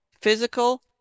physical